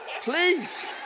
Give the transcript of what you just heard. please